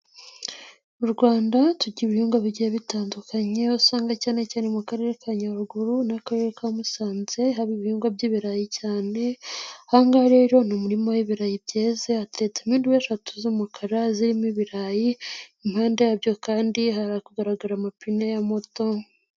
Mu rwanda tujya ibihinngo bijya bitandukanye usanga cyane cyane mu karere ka Nyaruguru n'akarere ka Musanze haba ibihingwa by'ibirayi cyane ahangahe rero ni umurima w'ibirayi hateretsemo indobo eshatu z'umukara zirimo ibirayi impande yabyo kandi hari kugaragara amapine ya Moto.